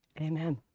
Amen